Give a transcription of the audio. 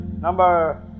number